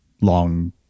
long